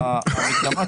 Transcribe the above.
יש פה ועדה,